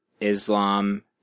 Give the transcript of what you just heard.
Islam